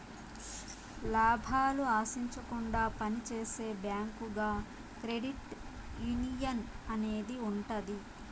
లాభాలు ఆశించకుండా పని చేసే బ్యాంకుగా క్రెడిట్ యునియన్ అనేది ఉంటది